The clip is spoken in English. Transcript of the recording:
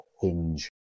hinge